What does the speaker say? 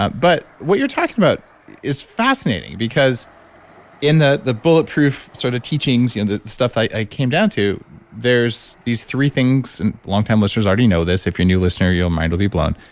but but what you're talking about is fascinating because in the the bulletproof sort of teachings, you know the stuff i came down to there's these three things, and longtime listeners already know this if you're a new listener your mind will be blown.